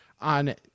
on